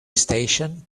station